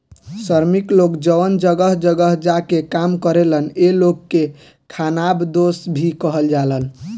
श्रमिक लोग जवन जगह जगह जा के काम करेलन ए लोग के खानाबदोस भी कहल जाला